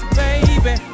baby